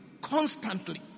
constantly